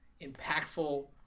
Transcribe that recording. impactful